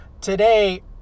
today